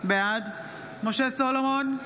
בעד משה סולומון,